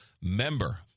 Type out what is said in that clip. member